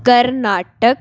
Karnataka